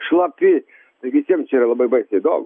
šlapi tai visiems čia yra labai baisiai įdomu